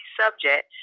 subject